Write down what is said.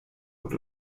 und